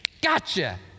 gotcha